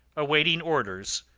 awaiting orders,